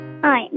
Hi